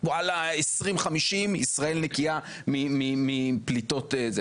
2050 ישראל נקייה מפליטות,